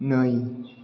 नै